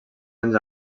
anys